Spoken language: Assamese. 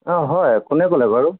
অঁ হয় কোনে ক'লে বাৰু